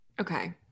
Okay